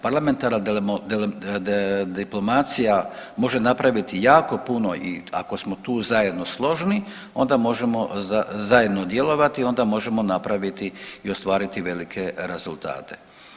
Parlamentarna diplomacija može napraviti jako puno i ako smo tu zajedno složni onda možemo zajedno djelovati i onda možemo napraviti i ostvariti velike rezultate.